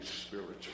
spiritual